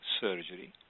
surgery